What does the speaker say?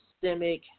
systemic